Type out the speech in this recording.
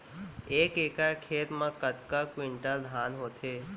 एक एकड़ खेत मा कतका क्विंटल धान होथे?